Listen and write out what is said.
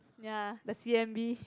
ya the C_M_B